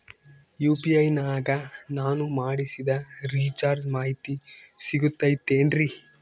UPI ನಾಗ ನಾನು ಮಾಡಿಸಿದ ರಿಚಾರ್ಜ್ ಮಾಹಿತಿ ಸಿಗುತೈತೇನ್ರಿ?